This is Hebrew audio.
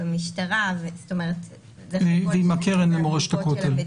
משטרה --- ועם הקרן למורשת הכותל,